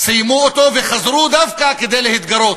סיימו אותו וחזרו דווקא כדי להתגרות.